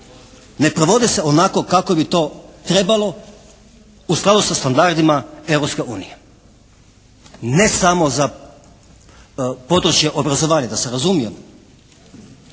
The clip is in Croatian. ne provodi se onako kako bi to trebalo u skladu sa standardima Europske unije. Ne samo za područje obrazovanja da se razumijemo,